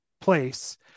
place